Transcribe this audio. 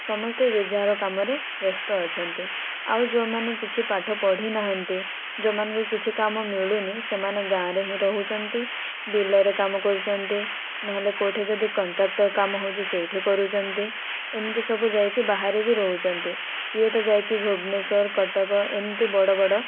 ସମସ୍ତେ ଯିଏ ଯାହାର କାମରେ ବ୍ୟସ୍ତ ଅଛନ୍ତି ଆଉ ଯେଉଁମାନେ କିଛି ପାଠ ପଢ଼ି ନାହାନ୍ତି ଯେଉଁ ମାନଙ୍କୁ କିଛି କାମ ମିଳୁନି ସେମାନେ ଗାଁରେ ହିଁ ରହୁଛନ୍ତି ବିଲରେ କାମ କରୁଛନ୍ତି ନହେଲେ କେଉଁଠି ଯଦି କଣ୍ଟ୍ରାକ୍ଟର କାମ ହେଉଛି ସେଇଠି କରୁଛନ୍ତି ଏମିତି ସବୁ ଯାଇକି ବାହାରେ ବି ରହୁଛନ୍ତି କିଏ ତ ଯାଇକି ଭୁବନେଶ୍ୱର କଟକ ଏମିତି ବଡ଼ ବଡ଼